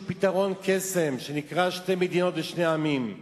פתרון קסם שנקרא שתי מדינות לשני העמים,